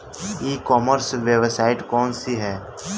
ई commerce website कौन सी है?